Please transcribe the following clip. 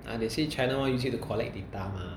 ah they say China want use it to collect data mah